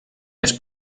més